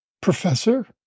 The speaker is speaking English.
professor